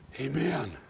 Amen